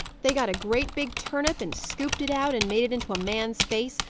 they got a great big turnip, and scooped it out and made it into a man's face,